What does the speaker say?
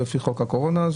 לפי חוק הקורונה ,